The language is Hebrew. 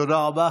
תודה רבה.